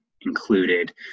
included